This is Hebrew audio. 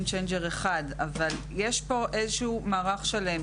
צ'יינג'ר אחד אבל יש פה איזשהו מערך שלם.